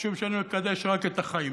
משום שאני אקדש רק את החיים